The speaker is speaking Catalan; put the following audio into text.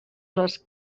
les